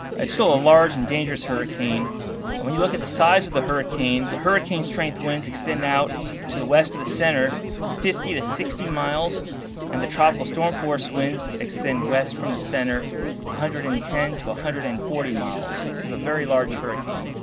it's still a large and dangerous hurricane when you look at the size of the hurricane the hurricane strength winds extend out to the west of the center fifty to sixty miles and the tropical storm force winds extend west from the center one hundred and ten one ah hundred and forty miles. this is a very large hurricane.